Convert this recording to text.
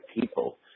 people